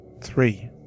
Three